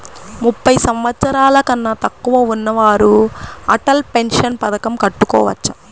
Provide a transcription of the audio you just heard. ముప్పై సంవత్సరాలకన్నా తక్కువ ఉన్నవారు అటల్ పెన్షన్ పథకం కట్టుకోవచ్చా?